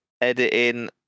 editing